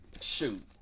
Shoot